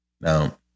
Now